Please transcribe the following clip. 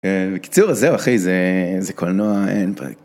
בקיצור, זהו, אחי, זה קולנוע... אין